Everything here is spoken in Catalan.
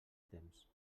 temps